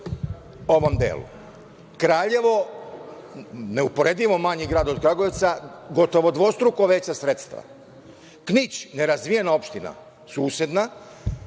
ovom delu. Kraljevo, neuporedivo manji grad od Kragujevca, ima gotovo dvostruko veća sredstva. Knić, nerazvijena opština susedna,